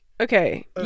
Okay